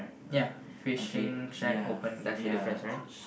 ya fishing shed open that's the difference right